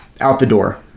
out-the-door